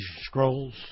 Scrolls